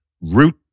root